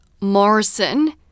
Morrison